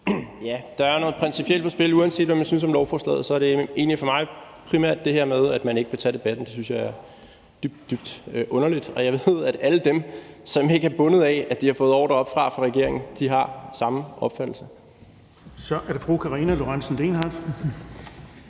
Der er noget principielt på spil. Uanset om jeg synes om lovforslaget, er det egentlig for mig primært det her med, at man ikke vil tage debatten. Det synes jeg er dybt, dybt underligt, og jeg ved, at alle dem, som ikke er bundet af, at de har fået ordre oppefra fra regeringen, har samme opfattelse. Kl. 14:04 Den fg. formand